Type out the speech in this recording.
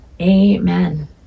amen